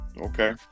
okay